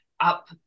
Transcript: up